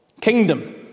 Kingdom